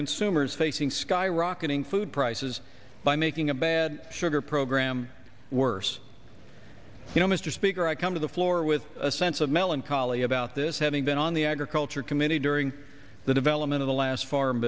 consumers facing skyrocketing food prices by making a bad sugar program worse you know mr speaker i come to the floor with a sense of melancholy about this having been on the agriculture committee during the development of the last farm